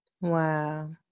Wow